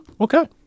Okay